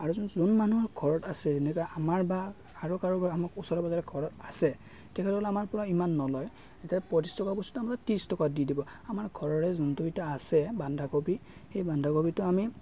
আৰু যোন যোন মানুহৰ ঘৰত আছে এনেকুৱা আমাৰ বা আৰু কাৰোবাৰ আমাৰ ওচৰে পাজৰে ঘৰত আছে তেখেতসকলে আমাৰ পৰা ইমান নলয় এতিয়া পঁইত্ৰিছ টকাৰ বস্তুটো আমাৰ তাত ত্ৰিছ টকাত দি দিব আমাৰ ঘৰৰে যোনটো এতিয়া আছে বন্ধাকবি সেই বন্ধাকবিটো আমি